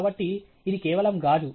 కాబట్టి ఇది కేవలం గాజు